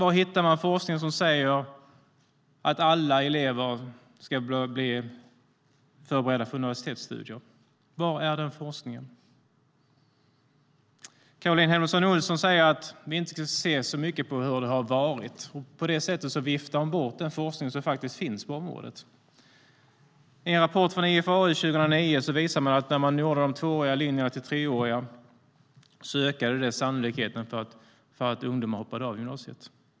Var hittar de forskning som säger att alla elever ska bli förberedda för universitetsstudier? Var är den forskningen? Caroline Helmersson Olsson säger att vi inte ska se så mycket på hur det har varit. På det sättet viftar hon bort den forskning som faktiskt finns på området. I en rapport från IFAU 2009 visas att när de tvååriga linjerna gjordes till treåriga ökade sannolikheten för att ungdomar hoppade av gymnasiet.